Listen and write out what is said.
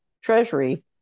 Treasury